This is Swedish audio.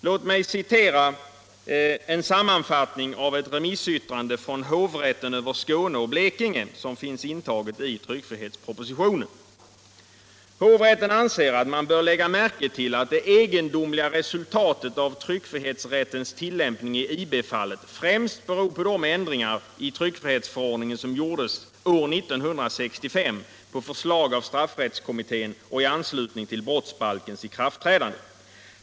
Låt mig citera en sammanfattning av ett remissyttrande från hovrätten över Skåne och Blekinge som finns intaget i tryckfrihetspropositionen: ”Hovrätten anser att man bör lägga märke till att det egendomliga resultatet av tryckfrihetsrättens tillämpning i IB-fallet främst beror på de ändringar i TF som gjordes år 1965 på förslag av straffrättskommittén och i anslutning till brottsbalkens ikraftträdande.